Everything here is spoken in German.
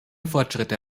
fortschritte